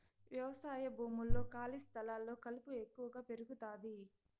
వ్యవసాయ భూముల్లో, ఖాళీ స్థలాల్లో కలుపు ఎక్కువగా పెరుగుతాది